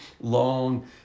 long